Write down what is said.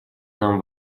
нам